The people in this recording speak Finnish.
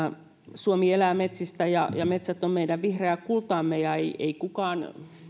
suomi elää metsistä ja ja metsät ovat meidän vihreää kultaamme ei ei kukaan